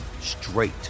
straight